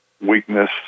weakness